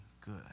good